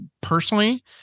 personally